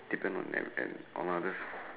depends on like others